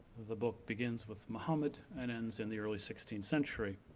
the book begins with muhammed and ends in the early sixteenth century,